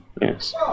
yes